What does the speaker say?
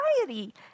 anxiety